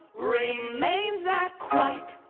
remains at quite.